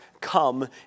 come